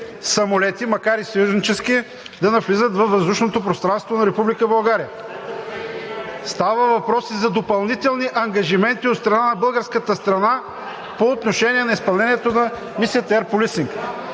самолети, макар и съюзнически, да навлизат във въздушното пространство на Република България. Става въпрос и за допълнителни ангажименти от българска страна по отношение на изпълнението на мисията Air Policing.